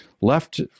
left